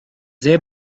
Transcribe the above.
they